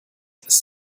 ist